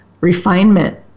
refinement